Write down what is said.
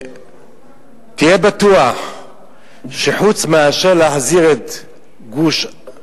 תהיה בטוח שחוץ מאשר להחזיר את גוש-קטיף,